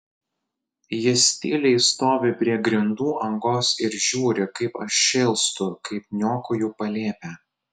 jis tyliai stovi prie grindų angos ir žiūri kaip aš šėlstu kaip niokoju palėpę